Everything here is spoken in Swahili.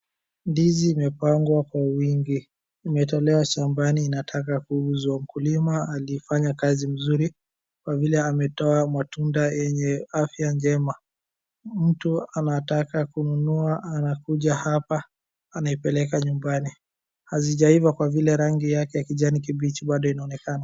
Ndizi imepangwa kwa wingi, imetolewa shambani inataka kuuzwa. Mkulima alifanya kazi mzuri kwa vile ametoa matunda yenye afya njema. Mtu anataka kununua anakuja hapa anaipeleka nyumbani. Hazijaiva kwa vile rangi yake ya kijani kimbichi bado inaonekana.